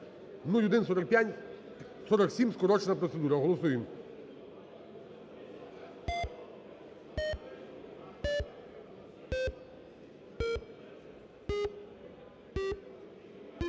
0147, скорочена процедура. Голосуємо.